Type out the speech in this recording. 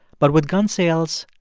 but with gun sales,